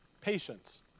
Patience